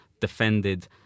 defended